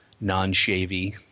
non-shavy